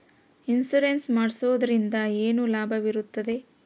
Insurance ಮಾಡೋದ್ರಿಂದ ಏನು ಲಾಭವಿರುತ್ತದೆ?